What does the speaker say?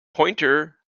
pointer